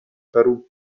perù